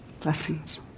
Blessings